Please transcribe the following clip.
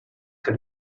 que